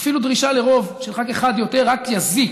דרישה אפילו לרוב של חבר כנסת אחד יותר, רק יזיק.